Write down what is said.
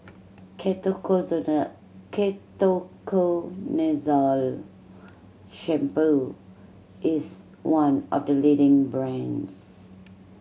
Ketoconazole Shampoo is one of the leading brands